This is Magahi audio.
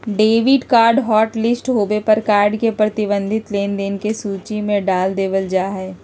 डेबिट कार्ड हॉटलिस्ट होबे पर कार्ड के प्रतिबंधित लेनदेन के सूची में डाल देबल जा हय